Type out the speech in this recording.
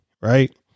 right